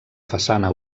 façana